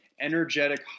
energetic